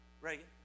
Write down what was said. Reagan